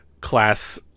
class